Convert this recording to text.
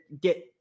Get